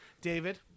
David